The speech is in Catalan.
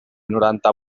noranta